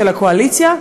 של הקואליציה,